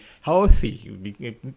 healthy